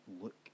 look